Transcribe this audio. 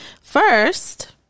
first